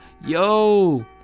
yo